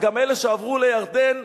גם אלה שעברו לירדן,